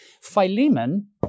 Philemon